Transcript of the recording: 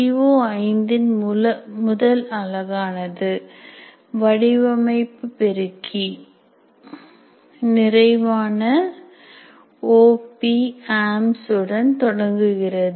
C ஓ5 இன் முதல் அலகானது வடிவமைப்பு பெருக்கிVCVS CCVS VCCS and CCCS நிறைவான OP Amps உடன் தொடங்குகிறது